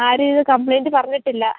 ആരും ഇതുവരെ കംപ്ലൈന്റ്റ് പറഞ്ഞിട്ടില്ല